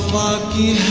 lucky